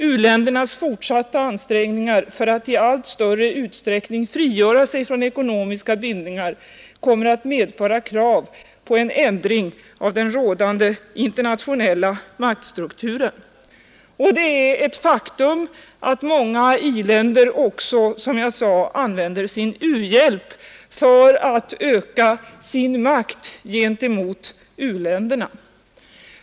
U-ländernas fortsatta ansträngningar för att i allt större utsträckning frigöra sig från ekonomiska bindningar kommer att medföra krav på en ändring av den rådande internationella maktstrukturen.” Det är också, som jag sade, ett faktum att många i-länder använder sin u-hjälp för att öka sin makt gentemot u-länderna.